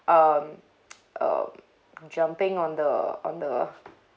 um um jumping on the on the